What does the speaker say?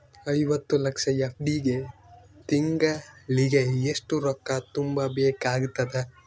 ಐವತ್ತು ಲಕ್ಷ ಎಫ್.ಡಿ ಗೆ ತಿಂಗಳಿಗೆ ಎಷ್ಟು ರೊಕ್ಕ ತುಂಬಾ ಬೇಕಾಗತದ?